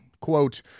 quote